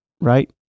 right